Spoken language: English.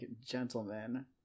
gentlemen